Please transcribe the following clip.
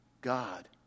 God